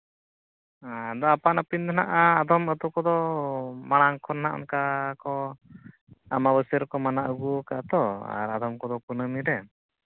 ᱟᱫᱚ ᱟᱯᱟᱱ ᱟᱹᱯᱤᱱ ᱫᱚ ᱦᱟᱸᱜ ᱟᱫᱷᱚᱢ ᱟᱹᱛᱩ ᱠᱚᱫᱚ ᱢᱟᱲᱟᱝ ᱠᱷᱚᱱᱟᱜ ᱚᱱᱠᱟ ᱠᱚ ᱟᱢᱵᱟᱵᱟᱹᱥᱭᱟᱹ ᱨᱮᱠᱚ ᱢᱟᱱᱟᱣ ᱟᱹᱜᱩ ᱠᱟᱜᱼᱟ ᱛᱚ ᱟᱨ ᱟᱫᱷᱚᱢ ᱠᱚᱫᱚ ᱠᱩᱱᱟᱹᱢᱤ ᱨᱮ